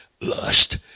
lust